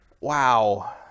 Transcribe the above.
Wow